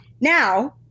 now